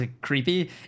creepy